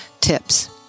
tips